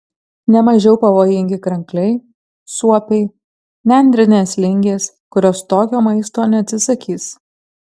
ne mažiau pavojingi krankliai suopiai nendrinės lingės kurios tokio maisto neatsisakys